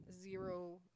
zero